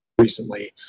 recently